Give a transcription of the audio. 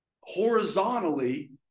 horizontally